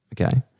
okay